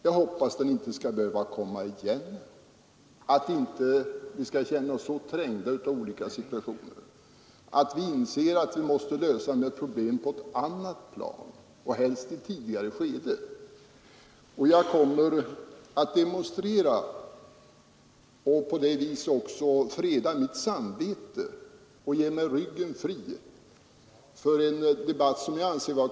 Jag hoppas att den inte skall behöva komma igen och att vi inte skall behöva känna oss så trängda av olika situationer. Jag hoppas att vi skall inse att vi måste lösa dessa problem på ett annat plan, helst i ett tidigare skede. Jag kommer att demonstrera och därmed också freda mitt samvete genom att avstå från att rösta här i dag.